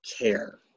care